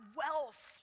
wealth